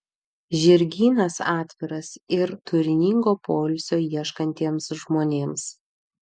žirgynas atviras ir turiningo poilsio ieškantiems žmonėms